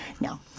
No